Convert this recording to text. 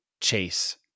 chase